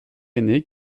ainé